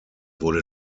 wurde